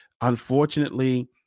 Unfortunately